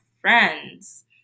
friends